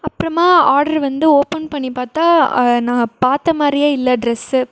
அப்புறமா ஆர்ட்ரு வந்து ஓப்பன் பண்ணி பாத்தேன் நான் பார்த்த மாதிரியே இல்லை ட்ரெஸ்ஸு